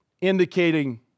indicating